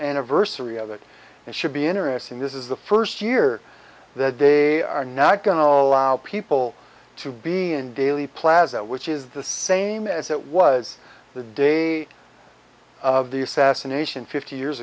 anniversary of it and should be interesting this is the first year that they are not going to allow people to be in daley plaza which is the same as it was the day of the assassination fifty years